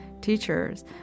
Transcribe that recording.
teachers